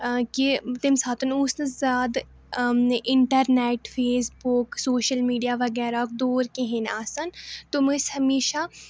آ کہِ تَمہِ ساتہٕ اوس نہٕ زیادٕ internet Facebook social media وَغیرہ ہُک دوٗر کِہیٖنٛۍ آسان تِم ٲسۍ ہمیشہ